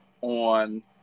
on